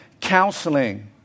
counseling